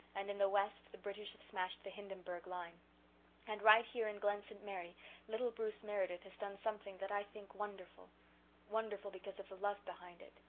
and in the west the british have smashed the hindenburg line and right here in glen st. mary little bruce meredith has done something that i think wonderful wonderful because of the love behind it.